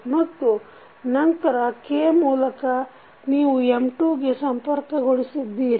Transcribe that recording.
ಮತ್ತು ನಂತರ K ಮೂಲಕ ನೀವು M2 ಗೆ ಸಂಪರ್ಕಗೊಳಿಸಿದ್ದೀರಿ